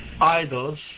idols